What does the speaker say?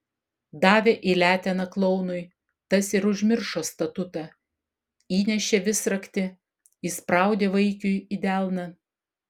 davė į leteną klounui tas ir užmiršo statutą įnešė visraktį įspraudė vaikiui į delną